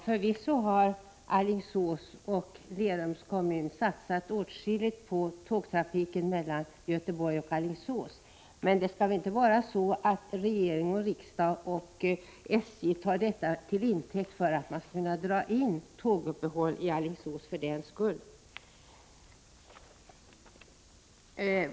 Herr talman! Alingsås och Lerums kommun har förvisso satsat åtskilligt på tågtrafiken mellan Göteborg och Alingsås. Men det skall väl inte vara så att regering, riksdag och SJ tar detta till intäkt för att dra in tåguppehåll i Alingsås.